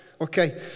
Okay